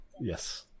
Yes